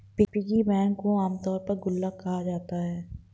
piggy bank को आमतौर पर गुल्लक कहा जाता है